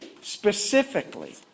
specifically